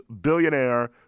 billionaire